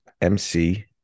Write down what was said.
MC